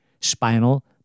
spinal